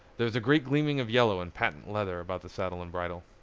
there was a great gleaming of yellow and patent leather about the saddle and bridle.